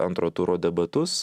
antro turo debatus